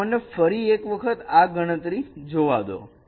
તો મને ફરી એક વખત આ ગણતરી જોવા દો